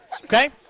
Okay